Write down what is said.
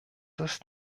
ist